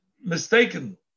mistaken